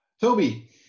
Toby